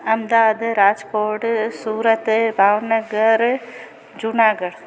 Ahmedabad Rajkot Surat Bhavnagar Junagadh